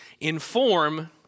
inform